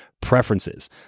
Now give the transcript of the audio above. preferences